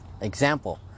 example